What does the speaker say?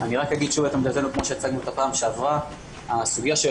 אני רק אגיד שוב את עמדתנו כמו שהצגנו אותה בפעם שעברה הסוגיה שהעלית,